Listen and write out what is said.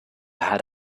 had